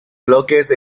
bloques